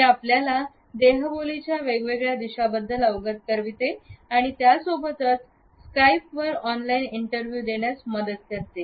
हे आपल्याला देहबोली च्या वेगवेगळ्या दिशाबद्दल अवगत करविते आणि त्यासोबतच स्काईप वर ऑनलाइन इंटरव्यू देण्यास मदत करते